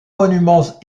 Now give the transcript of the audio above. monuments